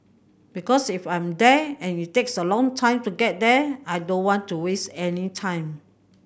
because if I'm there and it takes a long time to get there I don't want to waste any time